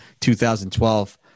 2012